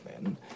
men